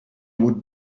would